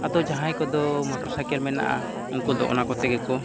ᱟᱫᱚ ᱡᱟᱦᱟᱸᱭ ᱠᱚᱫᱚ ᱢᱚᱴᱚᱨ ᱥᱟᱭᱠᱮᱞ ᱢᱮᱱᱟᱜᱼᱟ ᱩᱱᱠᱩ ᱫᱚ ᱚᱱᱟ ᱠᱚ ᱛᱮᱜᱮ ᱠᱚ